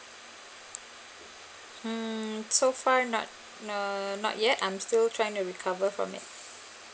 mm so far not err not yet I'm still trying to recover from it